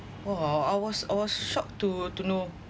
oh I I wa~ I was shocked to to know